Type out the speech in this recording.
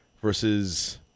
Versus